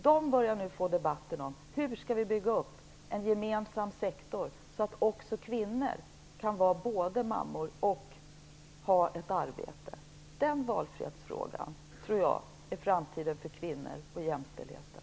De börjar nu få debatten om hur de skall bygga upp en gemensam sektor, så att också kvinnor kan vara både mammor och ha ett arbete. Den valfrihetsfrågan tror jag är framtiden för kvinnor och jämställdheten.